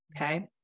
Okay